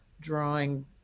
drawing